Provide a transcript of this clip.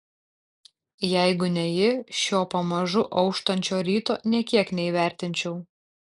jeigu ne ji šio pamažu auštančio ryto nė kiek neįvertinčiau